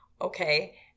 okay